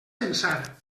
pensar